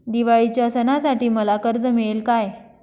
दिवाळीच्या सणासाठी मला कर्ज मिळेल काय?